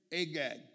Agag